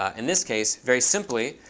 ah in this case, very simply,